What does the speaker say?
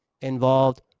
involved